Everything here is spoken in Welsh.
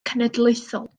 cenedlaethol